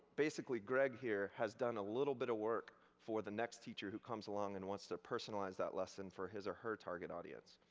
basically, greg here has done a little bit of work for the next teacher who comes along and wants to personalize that lesson for his or her target audience.